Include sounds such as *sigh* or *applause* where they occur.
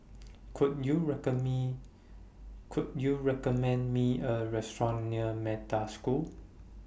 Could YOU *unintelligible* Me Could YOU recommend Me A Restaurant near Metta School